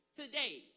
today